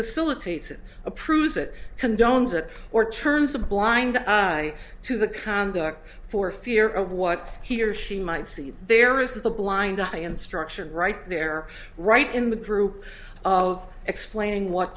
silicates it approves it condones it or turns a blind eye to the conduct for fear of what he or she might see there is a blind eye and structure right there right in the group of explaining what